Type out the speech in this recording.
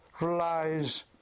relies